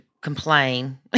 complain